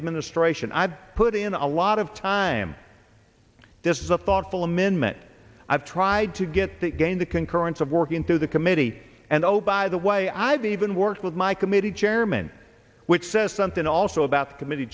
administration i've put in a lot of time this is a thoughtful amendment i've tried to get the game the concurrence of working through the committee and oh by the way i've even worked with my committee chairman which says something also about committee